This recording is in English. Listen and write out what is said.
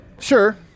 sure